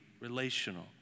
relational